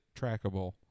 trackable